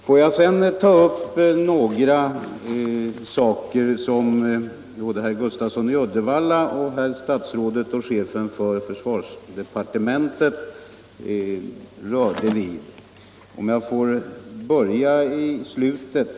Låt mig sedan ta upp några punkter som både herr Gustafsson i Uddevalla och chefen för försvarsdepartementet rörde vid. Jag börjar i slutet.